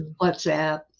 WhatsApp